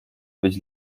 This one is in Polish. być